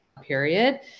period